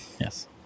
Yes